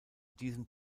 diesem